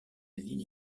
ville